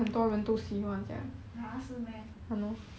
!huh! 是 meh